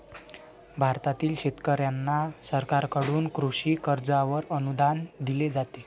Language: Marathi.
भारतातील शेतकऱ्यांना सरकारकडून कृषी कर्जावर अनुदान दिले जाते